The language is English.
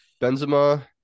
Benzema